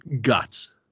guts